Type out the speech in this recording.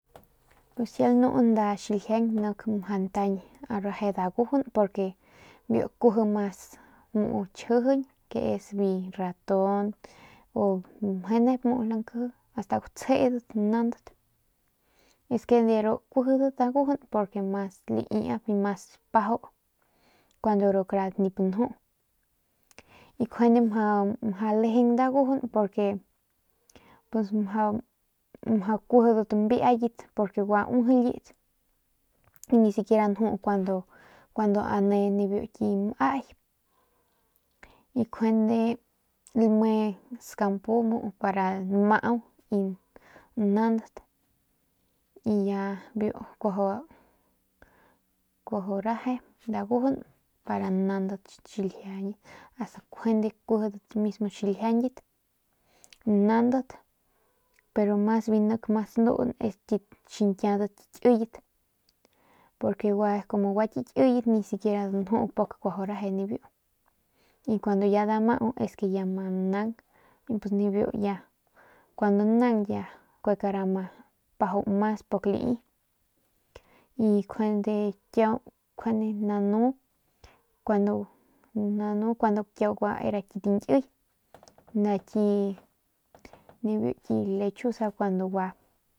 Pus kiau lanu nda xiljiañ nik reje dagujun porque biu kuiji mas chjijiñ muu chjijiñ ke es biu raton o mje nep mu la nkje asta gtsjeedat eske deru kujedet dagujun porque mas liiap y mas pajau cuando ru karadat nip anjuu y kjuende mjau alejen dagujun pus porque maju kujudat ambiayit porque gua aujilit y nisiquiera njuu cuando ane ni biu ki maai y kjuende el me skampu muu para maau y nandat y ya biu kuaju areje dagujun para nnandat asta kujende kujadat mismo xiljiañyit nandat pero bi nak mas nuun es bi xinquiadat kiyet porque como gua ki kiyet nisiquiera njuu pak kuajo areje y cuando ya damao esporque ya ma nang cuando ya nan kuecara ama pajo mas pak lii y kjende kia nanu cuando gua kiau ki tinkyi nda ki ni biu ki lechusa cuando gua.